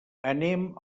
anem